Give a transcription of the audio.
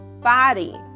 body